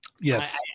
yes